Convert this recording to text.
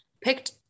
picked